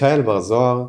מיכאל בר-זוהר,